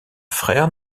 frère